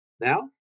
now